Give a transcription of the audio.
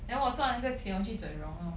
then 我赚了那个钱我去整容 lor